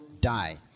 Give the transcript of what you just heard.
die